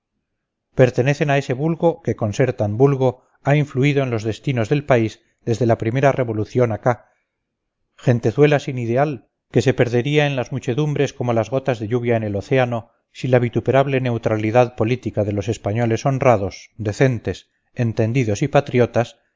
pertenecen a ese vulgo que con ser tan vulgo ha influido en los destinos del país desde la primera revolución acá gentezuela sin ideal que se perdería en las muchedumbres como las gotas de lluvia en el océano si la vituperable neutralidad política de los españoles honrados decentes entendidos y patriotas